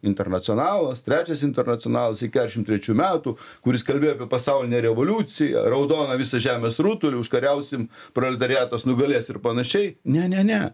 internacionalas trečias internacionalas iki keturiasdešimt trečių metų kuris kalbėjo apie pasaulinę revoliuciją raudoną visą žemės rutulį užkariausim proletariatas nugalės ir panašiai ne ne ne